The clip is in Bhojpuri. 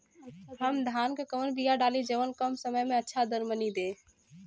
हम धान क कवन बिया डाली जवन कम समय में अच्छा दरमनी दे?